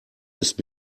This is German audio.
ist